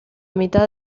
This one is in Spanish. mitad